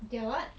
they're what